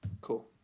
Cool